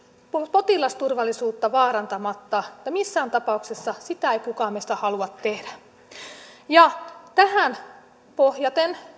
potilasturvallisuutta vaarantamatta missään tapauksessa sitä ei kukaan meistä halua tehdä tähän pohjaten